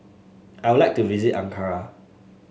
I would like to visit Ankara